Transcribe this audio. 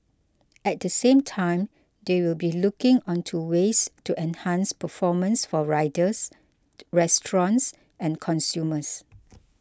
at the same time they will be looking onto ways to enhance performance for riders restaurants and consumers